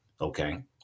okay